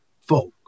folk